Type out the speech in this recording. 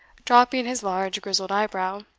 dropping his large grizzled eyebrow,